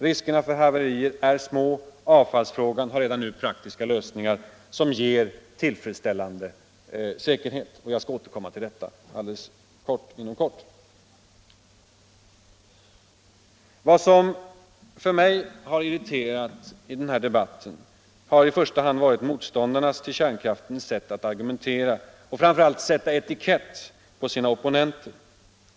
Riskerna för haverier är små, och avfallsfrågan har redan nu praktiska lösningar som ger tillfredsställande säkerhet. Jag skall alldeles strax återkomma till detta. Vad som irriterat mig i denna debatt har i första hand varit kärnkraftsmotståndarnas sätt att argumentera och framför allt att sätta etikett på sina opponenter.